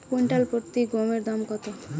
Quintal প্রতি গমের দাম কত?